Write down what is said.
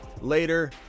later